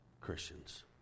Christians